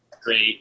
great